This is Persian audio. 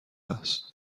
است